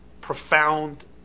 profound